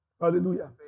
Hallelujah